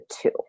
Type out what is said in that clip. two